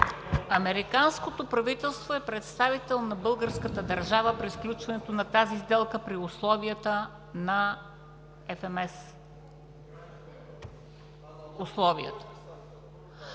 Американското правителство е представител на българската държава при сключването на тази сделка при условията на FMS. А това,